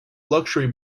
luxury